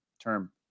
term